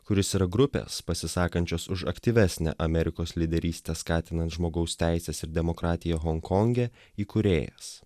kuris yra grupės pasisakančios už aktyvesnę amerikos lyderystę skatinant žmogaus teises ir demokratiją honkonge įkūrėjas